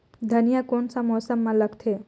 धनिया कोन सा मौसम मां लगथे?